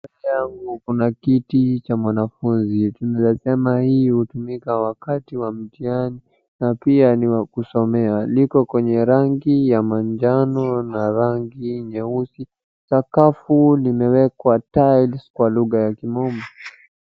Mbele yangu kuna kitu cha mwanafunzi. Tunaweza sema hii utumika wakati wa mtiani na pia ni wa kusomewa. Liko kwanye rangi ya majano na rangi nyeusi. Sakafu limewekwa tiles kwa lugha ya Kimombo.